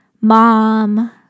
mom